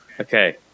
Okay